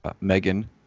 megan